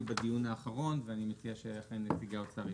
הצבעה סעיף 85(40) אושר מי בעד סעיף 41?